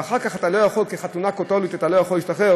ואחר כך זו חתונה קתולית ואתה לא יכול להשתחרר,